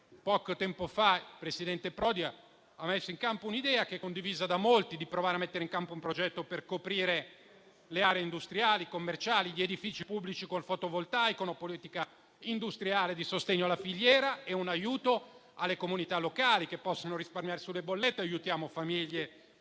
Poco tempo fa, il presidente Prodi ha proposto l'idea, che è condivisa da molti, di provare a mettere in campo un progetto per coprire le aree industriali, commerciali e gli edifici pubblici col fotovoltaico, una politica industriale di sostegno alla filiera e un aiuto alle comunità locali, che possono risparmiare sulle bollette: aiutiamo famiglie e